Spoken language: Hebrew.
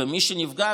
ומי שנפגע,